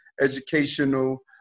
educational